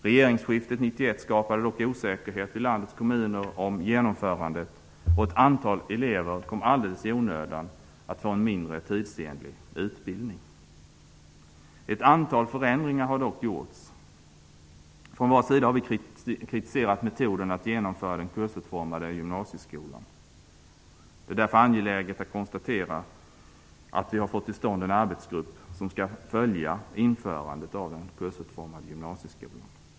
Regeringsskiftet 1991 skapade dock osäkerhet i landets kommuner om genomförandet, och ett antal elever kom alldeles i onödan att få en mindre tidsenlig utbildning. Ett antal förändringar har dock gjorts. Från vår sida har vi kritiserat metoden att genomföra den kursutformade gymnasieskolan. Det är därför angeläget att konstatera att vi har fått till stånd en arbetsgrupp som skall följa införandet av en kursutformad gymnasieskola.